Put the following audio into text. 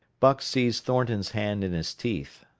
buck seized thornton's hand in his teeth.